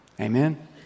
Amen